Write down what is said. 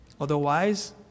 Otherwise